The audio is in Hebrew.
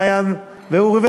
מעיין ואורי.